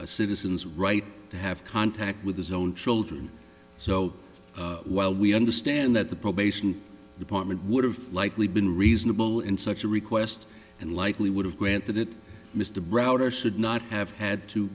citizen's right to have contact with his own children so while we understand that the probation department would have likely been reasonable in such a request and likely would have granted it mr browder should not have had to